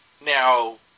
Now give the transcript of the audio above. now